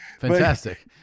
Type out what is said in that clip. Fantastic